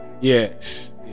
yes